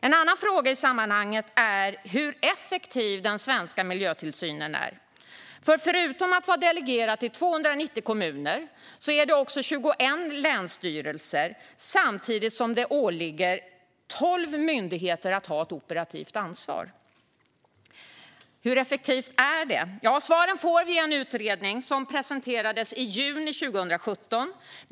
En annan fråga i sammanhanget är hur effektiv den svenska miljötillsynen är som förutom att den är delegerad till 290 kommuner och 21 länsstyrelser samtidigt ålägger tolv myndigheter att ha ett operativt ansvar. Hur effektivt är det? Svaren får vi i en utredning som presenterades i juni 2017.